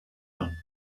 down